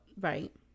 Right